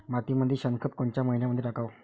मातीमंदी शेणखत कोनच्या मइन्यामंधी टाकाव?